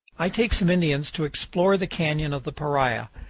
i take some indians to explore the canyon of the paria.